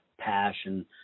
passion